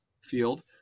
field